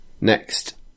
next